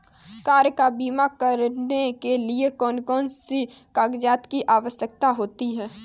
Car का बीमा करने के लिए कौन कौन से कागजात की आवश्यकता होती है?